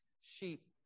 sheep